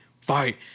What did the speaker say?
fight